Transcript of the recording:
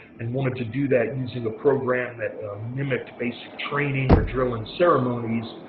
and wanted to do that using a program that mimicked basic training or drilling ceremonies,